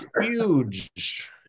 huge